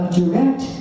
direct